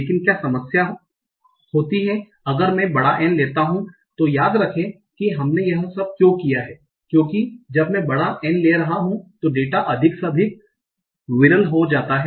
लेकिन क्या समस्या होती है कि अगर मैं बड़ा N लेता हूं तो याद रखें कि हमने यह सब क्यों किया है क्योंकि जब मैं बड़ा N ले रहा हूं तो डेटा अधिक से अधिक विरल हो जाता है